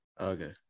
Okay